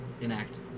Enact